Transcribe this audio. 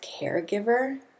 caregiver